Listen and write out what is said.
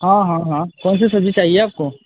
हाँ हाँ हाँ कौन सी सब्जी चाहिए आपको